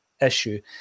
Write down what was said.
issue